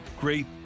great